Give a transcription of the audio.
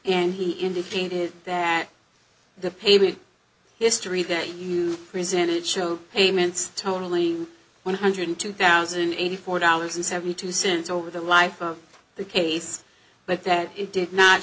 and he indicated that the paving history that you presented showed payments totaling one hundred two thousand eighty four dollars and seventy two cents over the life of the case but that it did not